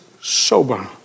sober